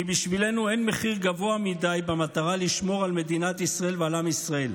כי בשבילנו אין מחיר גבוה מדי במטרה לשמור על מדינת ישראל ועל עם ישראל.